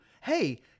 Hey